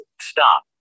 Stop